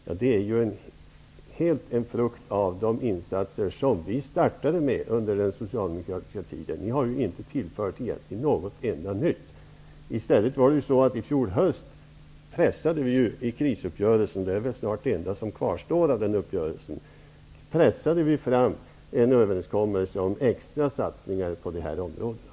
Men de är ju helt och hållet en frukt av de insatser som vi påbörjade under den socialdemokratiska tiden. Ni har egentligen inte tillfört något nytt alls. I stället var det vi som i krisuppgörelsen i fjol höst pressade fram en överenskommelse om extra satsningar på dessa områden. Det är väl snart det enda som finns kvar av den uppgörelsen.